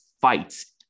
fights